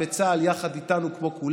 השמאל נלחם בצבא ובצה"ל יחד איתנו, כמו כולם.